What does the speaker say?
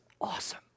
awesome